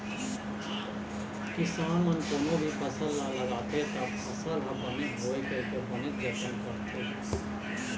किसान मन कोनो भी फसल ह लगाथे त फसल ह बने होवय कहिके बनेच जतन करथे